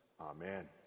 Amen